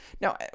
Now